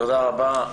תודה רבה.